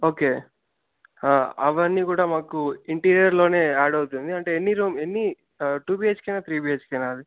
okay అవన్నీ కూడా మాకు ఇంటీరియర్లోనే యాడ్ అవుతుంది అంటే ఎన్ని రూమ్ ఎన్ని టు బిహెచ్కేనా త్రీ బిహెచ్కేనా అది